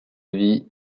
vie